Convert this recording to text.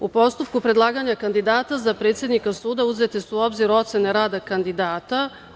U postupku predlaganja kandidata za predsednika suda uzete su u obzir ocene rada kandidata.